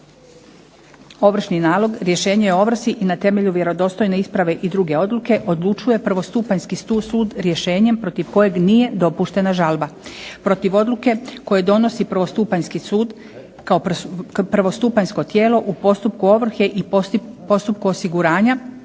ovršni nalog, rješenje o ovrsi i na temelju vjerodostojne isprave i druge odluke odlučuje prvostupanjski sud rješenjem protiv kojeg nije dopuštena žalba, protiv odluke koju donosi prvostupanjski sud, kao prvostupanjsko tijelo u postupku ovrhu i postupku osiguranja,